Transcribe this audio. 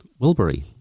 Wilbury